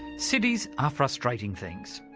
cities are frustrating things.